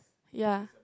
ya